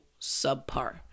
subpar